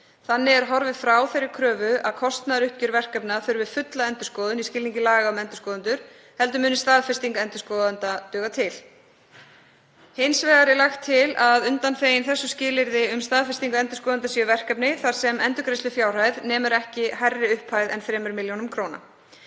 Þannig er horfið frá þeirri kröfu að kostnaðaruppgjör verkefna þurfi fulla endurskoðun í skilningi laga um endurskoðendur og staðfesting endurskoðenda látin duga. Hins vegar er lagt til að undanþegin þeim skilyrðum um staðfestingu endurskoðenda séu verkefni þar sem endurgreiðslufjárhæð nemur ekki hærri upphæð en 3 millj. kr.